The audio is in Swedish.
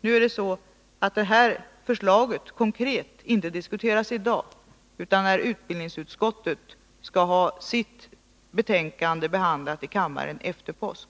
Men det konkreta förslaget är inte uppe till diskussion i dag — det blir när vi efter påsk i kammaren behandlar utbildningsutskottets betänkande i den frågan.